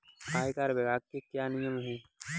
आयकर विभाग के क्या नियम हैं?